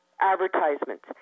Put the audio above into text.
advertisements